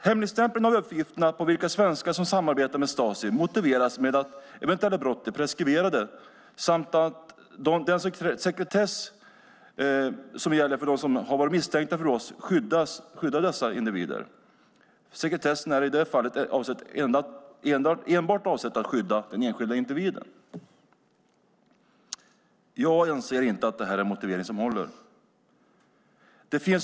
Hemligstämpeln av uppgifterna om vilka svenskar som samarbetade med Stasi motiveras med att eventuella brott är preskriberade samt med att den sekretess som gäller för dem som varit misstänkta skyddar dessa individer. Sekretessen är i det fallet enbart avsedd att skydda den enskilda individen. Jag anser inte att det är en motivering som håller.